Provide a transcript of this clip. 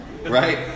Right